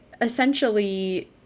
essentially